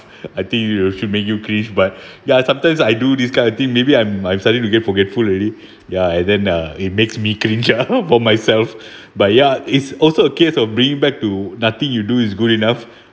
I think it will should make you cringe but ya sometimes I do this kind of thing maybe I'm I'm starting to get forgetful already ya and then uh it makes me cringe ah for myself but ya it's also a case of bringing back to nothing you do is good enough